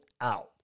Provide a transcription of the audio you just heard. out